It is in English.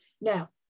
Now